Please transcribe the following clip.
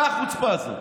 מה החוצפה הזאת?